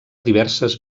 diverses